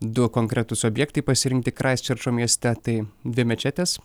du konkretūs objektai pasirinkti kraisčerčo mieste tai dvi mečetės